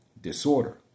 disorder